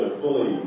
fully